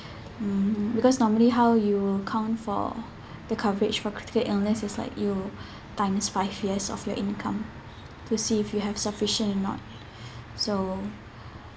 mm because normally how you will count for the coverage for critical illnesses is like you times five years of your income to see if you have sufficient or not so